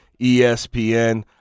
ESPN